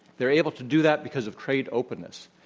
they're able to do that because of trade openness.